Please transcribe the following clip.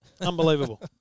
Unbelievable